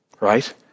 right